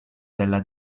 della